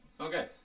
Okay